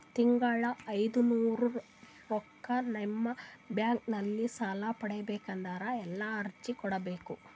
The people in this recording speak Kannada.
ತಿಂಗಳ ಐನೂರು ರೊಕ್ಕ ನಿಮ್ಮ ಬ್ಯಾಂಕ್ ಅಲ್ಲಿ ಸಾಲ ಪಡಿಬೇಕಂದರ ಎಲ್ಲ ಅರ್ಜಿ ಕೊಡಬೇಕು?